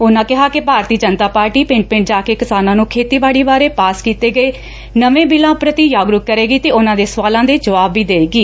ਉਨਾ ਕਿਹਾ ਕਿ ਭਾਰਤੀ ਜਨਤਾ ਪਾਰਟੀ ਪਿੰਡ ਪਿੰਡ ਜਾ ਕੇ ਕਿਸਾਨਾਂ ਨੂੰ ਖੇਤੀਬਾੜੀ ਬਾਰੇ ਪਾਸ ਕੀਤੇ ਗਏ ਨਵੇਂ ਬਿੱਲਾਂ ਪ੍ਰਤੀ ਜਾਗਰੁਕ ਕਰੇਗੀ ਅਤੇ ਉਨੂਾਂ ਦੇ ਸਵਾਲਾਂ ਦੇ ਜਵਾਬ ਵੀ ਦੇਵੇਗੀ